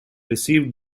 received